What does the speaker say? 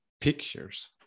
pictures